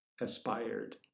Aspired